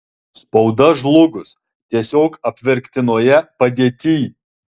spauda žlugus tiesiog apverktinoje padėtyj